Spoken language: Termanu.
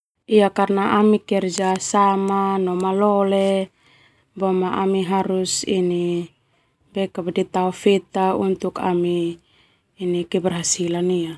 Karna ami kerja sama no malole ami harus tao feta untuk ami keberhasilan.